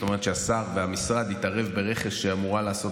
זאת אומרת שהשר והמשרד התערבו ברכש שהמשטרה הייתה אמורה לעשות,